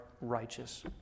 righteous